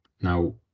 Now